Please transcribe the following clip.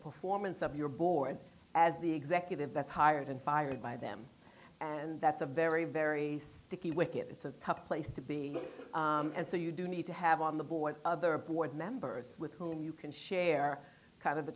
performance of your board as the executive that's hired and fired by them and that's a very very sticky wicket it's a tough place to be and so you do need to have on the board other board members with whom you can share kind of